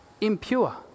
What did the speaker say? impure